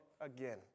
again